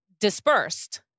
dispersed